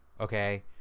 okay